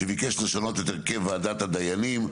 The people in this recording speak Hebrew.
שביקש לשנות הרכב ועדת הדיינים,